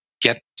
get